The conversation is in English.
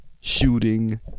Shooting